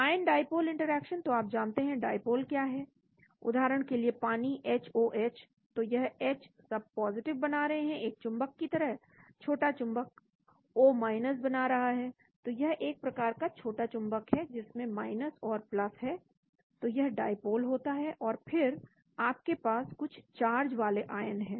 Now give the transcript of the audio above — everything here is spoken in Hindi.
आयन डाईपोल इंटरेक्शन तो आप जानते हैं डाईपोल क्या है उदाहरण के लिए पानी HOH तो यह H सब बना रहे हैं एक चुंबक की तरह छोटा चुंबक O बना रहा है तो यह एक प्रकार का छोटा चुंबक है जिसमें और है तो यह डाईपोल होता है और फिर आपके पास कुछ चार्ज वाले आयन है